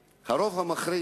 קיצוצים.